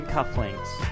Cufflinks